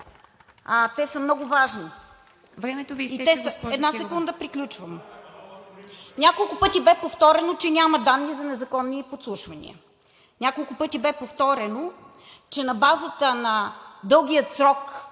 РОСИЦА КИРОВА: Една секунда, приключвам. Няколко пъти бе повторено, че няма данни за незаконни подслушвания. Няколко пъти бе повторено, че на базата на дългия срок,